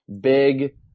Big